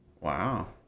Wow